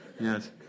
Yes